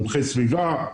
מומחי סביבה,